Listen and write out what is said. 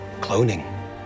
Cloning